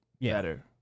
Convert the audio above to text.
better